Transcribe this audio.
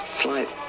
slight